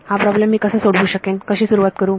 हा प्रॉब्लेम मी कसा सोडवू शकेन कशी सुरुवात करू